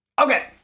Okay